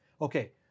Okay